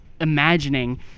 imagining